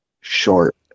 short